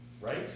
right